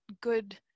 good